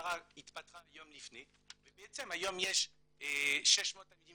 השרה התפטרה יום לפני ובעצם היום יש 600 תלמידים